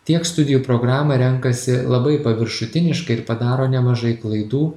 tiek studijų programą renkasi labai paviršutiniškai ir padaro nemažai klaidų